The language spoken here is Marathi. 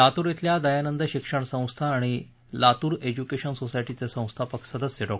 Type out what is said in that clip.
लातूर इथल्या दयानंद शिक्षण संस्था आणि लातूर एज्यूकेशन सोसायटीचे संस्थापक सदस्य डॉ